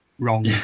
wrong